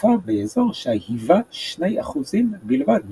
הצטופפה באזור שהיווה 2% בלבד משטחה.